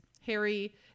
Harry